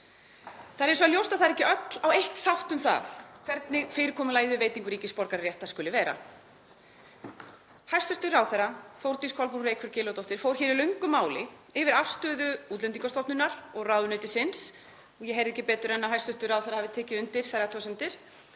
Það er hins vegar ljóst að það eru ekki öll á eitt sátt um það hvernig fyrirkomulagið við veitingu ríkisborgararéttar skuli vera. Hæstv. ráðherra, Þórdís Kolbrún Reykfjörð Gylfadóttir, fór í löngu máli yfir afstöðu Útlendingastofnunar og ráðuneytisins — og ég heyrði ekki betur en að hæstv. ráðherra hafi tekið undir þær athugasemdir